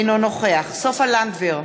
אינו נוכח סופה לנדבר,